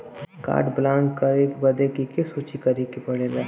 Card block करे बदी के के सूचित करें के पड़ेला?